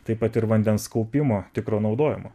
taip pat ir vandens kaupimo tikro naudojimo